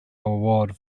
award